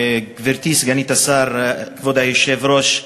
גברתי סגנית השר, כבוד היושב-ראש,